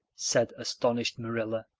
said astonished marilla,